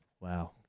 wow